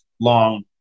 long